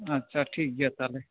ᱟᱪᱷᱟ ᱴᱷᱤᱠ ᱜᱮᱭᱟ ᱛᱟᱦᱚᱞᱮ